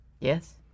Yes